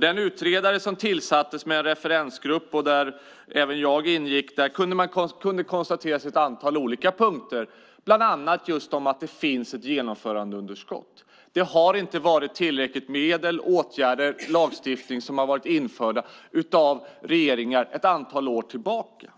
Den utredare som tillsattes tillsammans med en referensgrupp där även jag ingick kunde konstatera ett antal olika punkter, bland annat att det finns ett genomförandeunderskott. Det har inte varit tillräckligt med medel, åtgärder eller lagstiftning från regeringar ett antal år tillbaka.